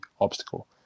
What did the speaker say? obstacle